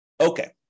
Okay